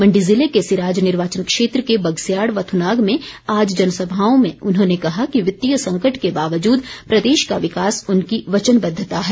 मण्डी जिले के सिराज निर्वाचन क्षेत्र के बगस्याड़ व थुनाग में आज जनसभाओं में उन्होंने कहा कि वित्तीय संकट के बावजूद प्रदेश का विकास उनकी वचनबद्धता है